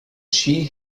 she